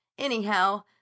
Anyhow